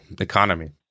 economy